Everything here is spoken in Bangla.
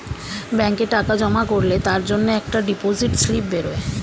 ব্যাংকে টাকা জমা করলে তার জন্যে একটা ডিপোজিট স্লিপ বেরোয়